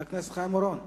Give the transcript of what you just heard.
חבר הכנסת חיים אורון.